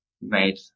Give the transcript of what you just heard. made